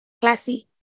Classy